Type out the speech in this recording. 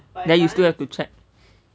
then you still have to check